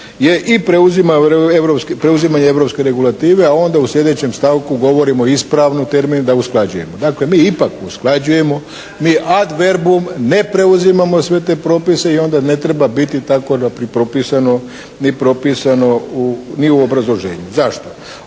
je i preuzimanje europske regulative, a onda u sljedećem stavku govorimo ispravni termin da usklađujemo. Dakle, mi ipak usklađujemo, mi ad verbum ne preuzimamo sve te propise i onda ne treba biti tako propisano ni u obrazloženju. Zašto?